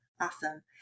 Awesome